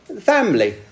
family